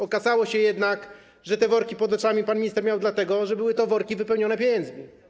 Okazało się jednak, że te worki pod oczami pan minister miał dlatego, że były to worki wypełnione pieniędzmi.